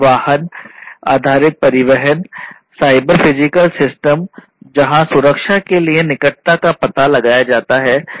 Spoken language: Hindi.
वाहन आधारित परिवहन साइबर फिजिकल सिस्टम जहां सुरक्षा के लिए निकटता का पता लगाया जाता है